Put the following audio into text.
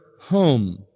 home